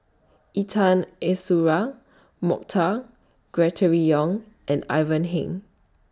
Intan Azura Mokhtar Yong and Ivan Heng